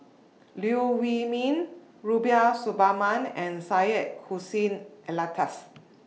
Liew Wee Mee Rubiah Suparman and Syed Hussein Alatas